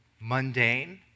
mundane